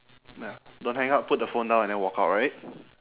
ya don't hang up put the phone down and then walk out right